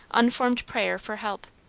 unformed prayer for help.